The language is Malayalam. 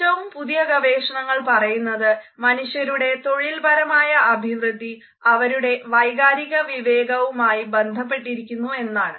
ഏറ്റവും പുതിയ ഗവേണഷണങ്ങൾ പറയുന്നത് മനുഷ്യരുടെ തൊഴിൽപരമായ അഭിവൃദ്ധി അവരുടെ വൈകാരിക വിവേകവുമായി ബന്ധപ്പെട്ടിരിക്കുന്നു എന്നാണ്